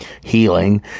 healing